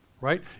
right